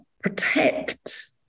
protect